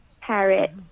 parrot